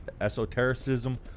esotericism